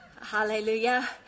Hallelujah